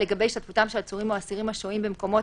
לגבי השתתפותם של עצורים או אסירים השוהים במקומות